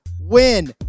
win